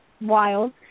wild